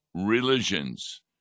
religions